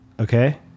okay